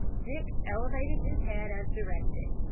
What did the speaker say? dick elevated his head as directed,